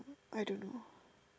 I don't know